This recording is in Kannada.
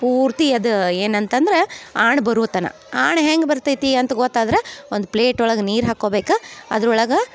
ಪೂರ್ತಿ ಅದ ಏನಂತ ಅಂದ್ರ ಆಣ್ ಬರುವತನ ಆಣ್ ಹೆಂಗೆ ಬರ್ತೈತಿ ಅಂತ ಗೊತ್ತಾದ್ರ ಒಂದು ಪ್ಲೇಟ್ ಒಳಗೆ ನೀರು ಹಾಕೊಬೇಕು ಅದ್ರ ಒಳಗೆ